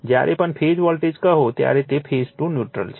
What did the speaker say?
જ્યારે પણ phase voltage કહો ત્યારે તે ફેઝ ટુ ન્યુટ્રલ છે